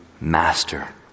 master